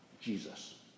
Jesus